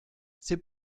c’est